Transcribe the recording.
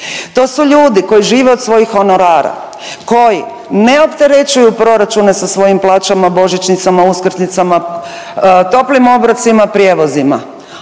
To su ljudi koji žive od svojih honorara, koji ne opterećuju proračune sa svojim plaćama, božićnicama, uskrsnicama, toplim obrocima, prijevozima.